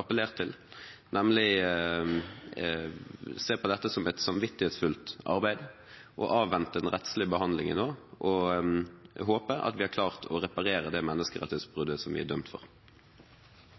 appellert til, nemlig å se på dette som et samvittighetsfullt arbeid og avvente en rettslig behandling. Jeg håper at vi har klart å reparere det menneskerettighetsbruddet som vi er dømt for.